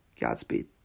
Godspeed